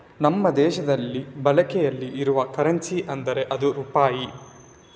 ನಮ್ಮ ದೇಶದಲ್ಲಿ ಬಳಕೆಯಲ್ಲಿ ಇರುವ ಕರೆನ್ಸಿ ಅಂದ್ರೆ ಅದು ರೂಪಾಯಿ